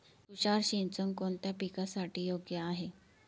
तुषार सिंचन कोणत्या पिकासाठी योग्य आहे?